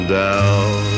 down